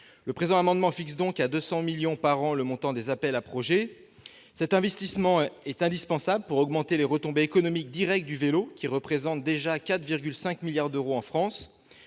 Le présent amendement tend donc à fixer à 200 millions d'euros par an le montant des appels à projets. Cet investissement est indispensable pour augmenter les retombées économiques directes du vélo, qui représentent déjà 4,5 milliards d'euros en France